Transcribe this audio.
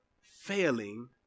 failing